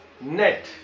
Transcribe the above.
Net